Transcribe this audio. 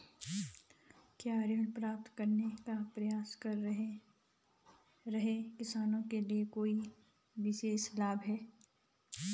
क्या ऋण प्राप्त करने का प्रयास कर रहे किसानों के लिए कोई विशेष लाभ हैं?